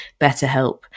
BetterHelp